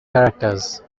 characters